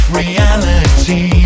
reality